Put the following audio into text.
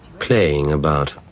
playing about,